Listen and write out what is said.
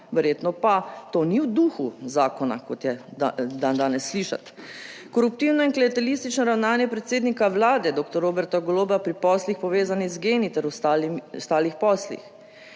verjetno pa to ni v duhu zakona, kot je dandanes slišati, koruptivno in klientelistično ravnanje predsednika Vlade doktor Roberta Goloba pri poslih povezani z geni ter ostalih poslih.